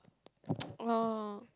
oh